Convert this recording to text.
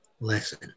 lesson